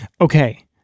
Okay